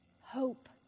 hope